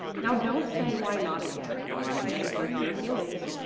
now don't say why not again, or i may hurt your feelings.